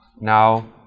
Now